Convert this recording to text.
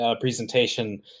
presentation